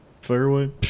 Fairway